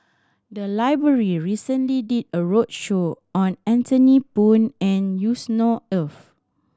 the library recently did a roadshow on Anthony Poon and Yusnor Ef